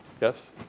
Yes